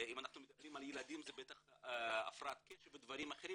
אם אנחנו מדברים על ילדים זה בטח הפרעת קשב ודברים אחרים,